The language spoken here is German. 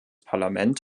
parlament